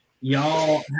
y'all